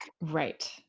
Right